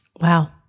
Wow